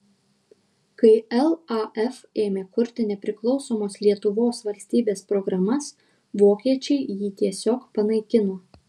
kai laf ėmė kurti nepriklausomos lietuvos valstybės programas vokiečiai jį tiesiog panaikino